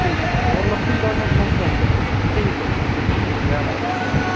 ठीक ऐ अगर लब्भी जंदा ते में तुसेंगी फोन करगा ठीक ऐ जी जै माता दी